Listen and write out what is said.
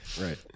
Right